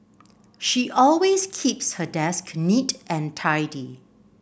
she always keeps her desk neat and tidy